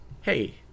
Hey